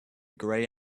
grey